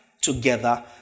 together